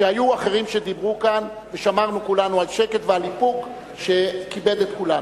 שהיו אחרים שדיברו כאן ושמרנו כולנו על שקט ועל איפוק שכיבד את כולנו.